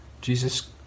Jesus